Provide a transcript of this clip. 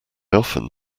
often